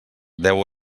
deu